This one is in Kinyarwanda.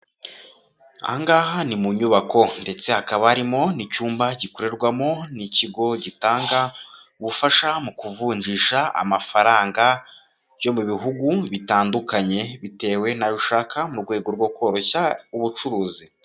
Aha ngaha ni mu nyubako ndetse hakaba harimo n'icyumba gikorerwamo n'ikigo gitanga ubufasha mu kuvunjisha amafaranga yo mu bihugu bitandukanye, bitewe n'ayo ushaka mu rwego rwo koroshya ubucuruzi.